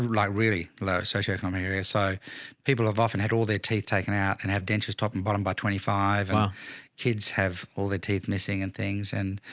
like really low socioeconomic area. so people have often had all their teeth taken out and have dentures, top and bottom by twenty five kids have all their teeth missing and things. and